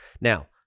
Now